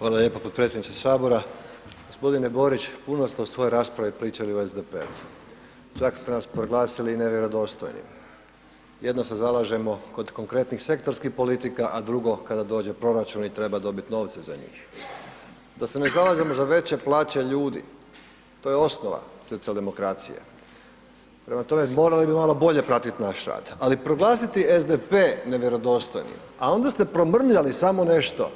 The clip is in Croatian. Hvala lijepo potpredsjedniče HS. g. Borić, puno ste u svojoj raspravi pričali o SDP-u, čak ste nas proglasili i nevjerodostojnim, jedno se zalažemo kod konkretnih sektorskih politika, a drugo kada dođe proračun i treba dobit novce za njih, da se ne zalažemo za veće plaće ljudi, to je osnova socijaldemokracije, prema tome morali bi malo bolje pratit naš rad, ali proglasiti SDP nevjerodostojnim, a onda ste promrmljali samo nešto